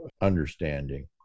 understanding